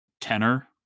tenor